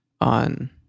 on